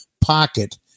pocket